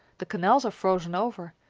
the canals are frozen over,